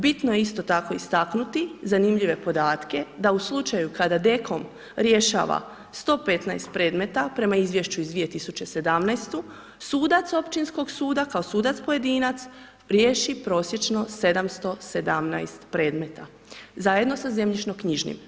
Bitno je isto tako istaknuti, zanimljive podatke, da u slučaju kada DEKOM rješava 115 predmeta prema izvješću iz 2017. sudac općinskog suda, kao sudac pojedinac riješi prosječno 717 predmeta, zajedno sa zemljišno-knjižnim.